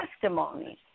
testimony